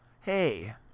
Hey